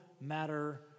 matter